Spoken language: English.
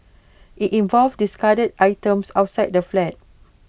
IT involved discarded items outside the flat